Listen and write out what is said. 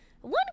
one